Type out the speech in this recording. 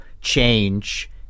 change